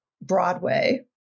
Broadway